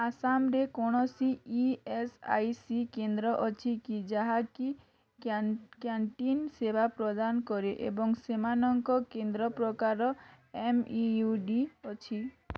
ଆସାମରେ କୌଣସି E S I C କେନ୍ଦ୍ର ଅଛି କି ଯାହାକି କ୍ୟା କ୍ୟାଣ୍ଟିନ୍ ସେବା ପ୍ରଦାନ କରେ ଏବଂ ସେମାନଙ୍କର କେନ୍ଦ୍ରପ୍ରକାର ଏମ୍ ଇ ୟୁ ଡ଼ି ଅଛି